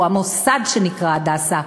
או המוסד שנקרא "הדסה",